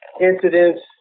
incidents